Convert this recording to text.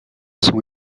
sont